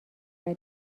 بار